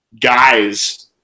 guys